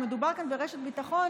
הרי מדובר כאן ברשת ביטחון